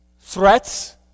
threats